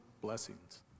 Blessings